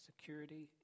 security